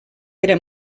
era